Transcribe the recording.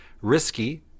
risky